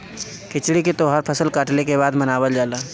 खिचड़ी के तौहार फसल कटले के बाद मनावल जाला